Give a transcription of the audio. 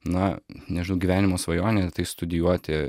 na nežinau gyvenimo svajonė tai studijuoti